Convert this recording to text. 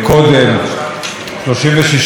זה הופך להיות ממש ממש מגפה.